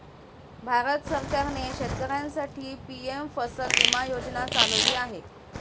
भारत सरकारने शेतकऱ्यांसाठी पी.एम फसल विमा योजना चालवली आहे